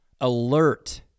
alert